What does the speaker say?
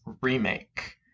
remake